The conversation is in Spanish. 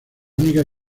única